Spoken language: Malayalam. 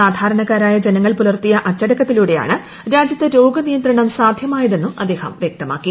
സാധാരണക്കാർിയു ജനങ്ങൾ പുലർത്തിയ അച്ചടക്ക ത്തിലൂടെയാണ് രാജ്യത്ത് ്രോഗനിയന്ത്രണം സാധ്യമായതെന്നും അദ്ദേഹം വ്യക്തമാക്കി